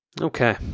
Okay